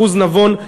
אחוז נבון,